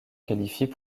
qualifient